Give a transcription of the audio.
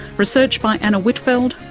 research by anna whitfeld,